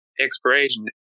Expiration